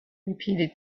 repeated